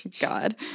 God